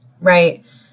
right